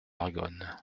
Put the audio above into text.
argonne